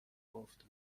گفت